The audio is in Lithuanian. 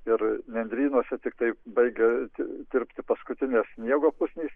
ir nendrynuose tiktai baigia tirpti paskutinės sniego pusnys